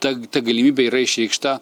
ta ta galimybė yra išreikšta